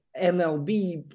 MLB